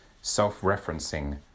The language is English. self-referencing